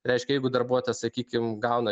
reiškia jeigu darbuotojas sakykim gauna